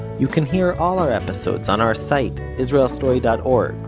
you can hear all our episodes on our site, israelstory dot org,